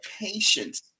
patience